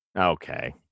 Okay